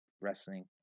wrestling